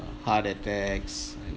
heart attacks